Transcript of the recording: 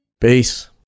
Peace